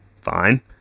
fine